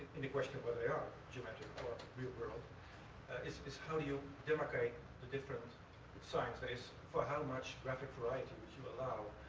in the question of whether they are geometric or real world is is how do you demarcate the different signs. that is, for how much graphic variety would you allow,